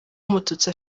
umututsi